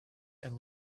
and